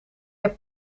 heb